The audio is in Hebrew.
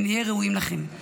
שנהיה ראויים לכם.